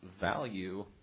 value